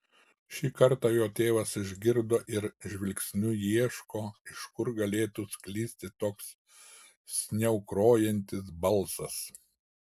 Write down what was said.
šį kartą jo tėvas išgirdo ir žvilgsniu ieško iš kur galėtų sklisti toks sniaukrojantis balsas